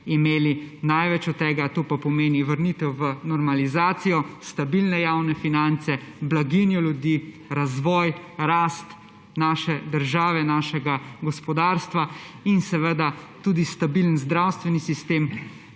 imeli največ od tega, to pa pomeni vrnitev v normalizacijo, stabilne javne finance, blaginjo ljudi, razvoj, rast naše države, našega gospodarstva in seveda tudi stabilen zdravstveni sistem,